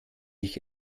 ich